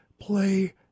play